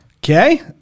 Okay